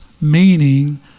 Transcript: meaning